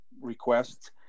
requests